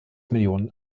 millionen